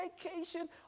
vacation